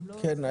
כן,